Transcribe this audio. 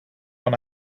run